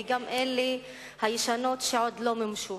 וגם אלה הישנות שעוד לא מומשו.